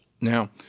Now